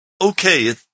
okay